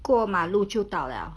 过马路就到 liao